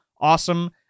awesome